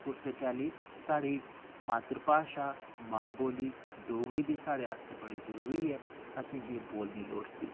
उस्सै चाल्ली साढ़ी मातृभाशा मां बोल्ली डोगरी बी साढ़े आस्तै बड़ी जरूरी ऐ असें गी बोलनी लोड़चदी